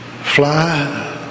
Fly